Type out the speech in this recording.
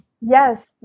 Yes